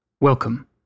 Welcome